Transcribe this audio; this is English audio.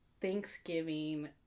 Thanksgiving